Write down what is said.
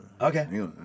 Okay